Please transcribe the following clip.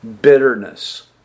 bitterness